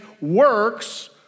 works